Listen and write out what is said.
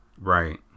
right